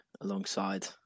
alongside